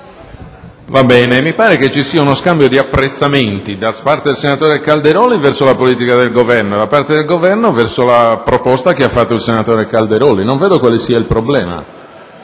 Mi pare ci sia uno scambio di apprezzamenti da parte del senatore Calderoli verso la politica del Governo e da parte del Governo verso la proposta del senatore Calderoli; non vedo dove sia il problema.